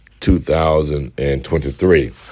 2023